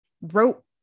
rope